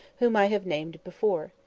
whom i have named before.